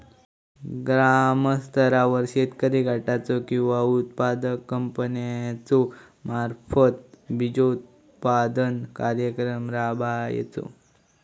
ग्रामस्तरावर शेतकरी गटाचो किंवा उत्पादक कंपन्याचो मार्फत बिजोत्पादन कार्यक्रम राबायचो?